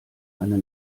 eine